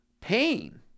pain